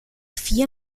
vier